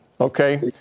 okay